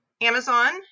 Amazon